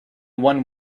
one